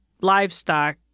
livestock